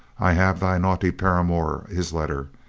i have thy naughty paramour his letter,